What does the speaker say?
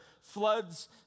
floods